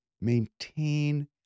maintain